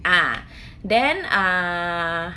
ah then ah